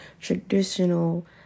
traditional